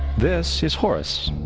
this is horus.